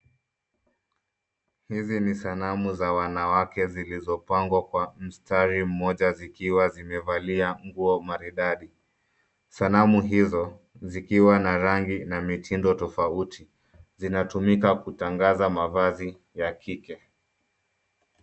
Hizi ni sanamu za wanawake zilizopangwa kwa mstari mmoja zikiwa zimevalia nguo maridadi. Sanamu hizo zikiwa na rangi na mitindo tofauti, zinatumika kutangaza mavazi ya kike.